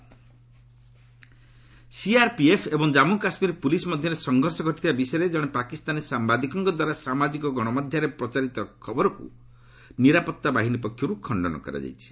କେକେ social media CRPF ଓ Jammu Kashmir police ମଧ୍ୟରେ ସଂଘର୍ଷ ଘଟିଥିବା ବିଷୟରେ ଜଣେ ପାକିସ୍ତାନୀ ସାମ୍ଭାଦିକଙ୍କଦ୍ୱାରା ସାମାଜିକ ଗଶମାଧ୍ୟମରେ ପ୍ରଚାରିତ ଖବରକୁ ନିରାପତ୍ତା ବାହିନୀ ପକ୍ଷରୁ ଖଣ୍ଡନ କରାଯାଇଛି